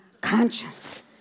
conscience